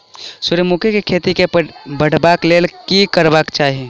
सूर्यमुखी केँ खेती केँ बढ़ेबाक लेल की करबाक चाहि?